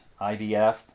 IVF